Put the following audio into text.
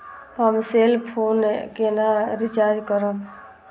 हम cell phone केना recharge करब?